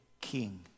king